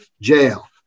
jail